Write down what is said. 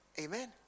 Amen